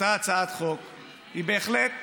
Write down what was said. אותה הצעת חוק היא בהחלט,